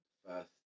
First